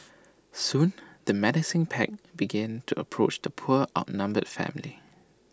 soon the menacing pack began to approach the poor outnumbered family